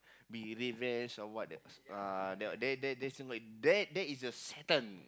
we revenge or what else uh there that that is a that is a satan